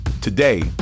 Today